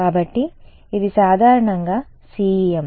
కాబట్టి ఇది సాధారణంగా CEM సరే